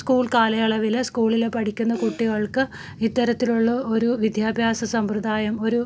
school കാലളവിൽ സ്കൂളിൽ പഠിക്കുന്ന കുട്ടികൾക്ക് ഇത്തരത്തിലുള്ള ഒരു വിദ്യാഭ്യാസ സമ്പ്രദായം ഒരു